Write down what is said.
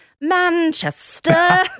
Manchester